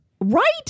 Right